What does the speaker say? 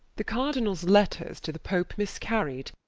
the cardinals letters to the pope miscarried,